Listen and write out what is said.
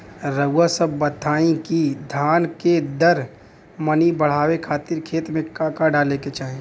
रउआ सभ बताई कि धान के दर मनी बड़ावे खातिर खेत में का का डाले के चाही?